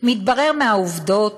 מתברר מהעובדות